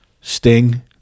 Sting